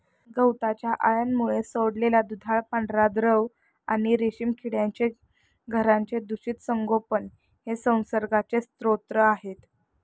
गवताच्या अळ्यांमुळे सोडलेला दुधाळ पांढरा द्रव आणि रेशीम किड्यांची घरांचे दूषित संगोपन हे संसर्गाचे स्रोत आहे